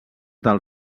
del